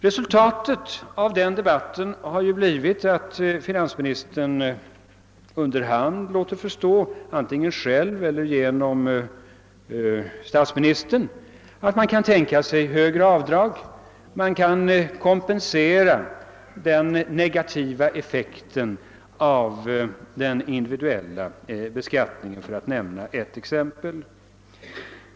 Resultatet av den debatten har ju blivit att finansministern under hand har låtit förstå — antingen själv eller genom statsministern — att man kan tänka sig högre avdrag. Man kan kompensera den negativa effekten av den individuella beskattningen, för att nämna ett exempel.